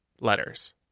Letters